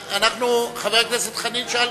חבר הכנסת חנין שאל